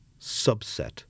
subset